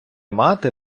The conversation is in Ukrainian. мати